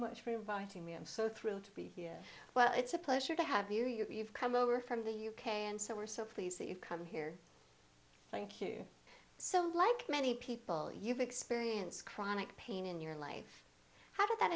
much for inviting me i'm so thrilled to be here well it's a pleasure to have you you've come over from the u k and so we're so pleased that you've come here thank you so like many people you've experienced chronic pain in your life how did that